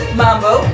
mambo